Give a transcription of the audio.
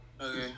okay